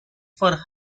for